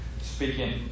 speaking